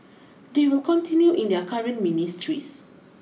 they will continue in their current ministries